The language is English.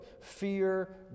fear